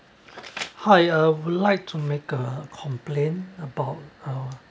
hi I would like to make a complaint about uh